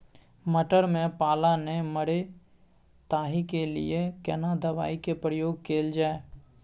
मटर में पाला नैय मरे ताहि के लिए केना दवाई के प्रयोग कैल जाए?